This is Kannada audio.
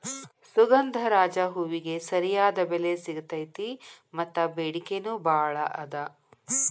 ಸುಗಂಧರಾಜ ಹೂವಿಗೆ ಸರಿಯಾದ ಬೆಲೆ ಸಿಗತೈತಿ ಮತ್ತ ಬೆಡಿಕೆ ನೂ ಬಾಳ ಅದ